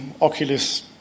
Oculus